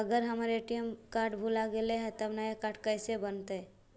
अगर हमर ATM card भुला गैलै हे तब नया काड कइसे बनतै?